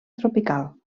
tropical